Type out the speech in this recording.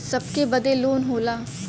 सबके बदे लोन होला